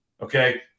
Okay